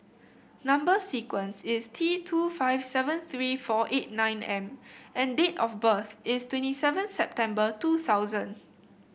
number sequence is T two five seven three four eight nine M and date of birth is twenty seven September two thousand